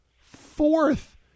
fourth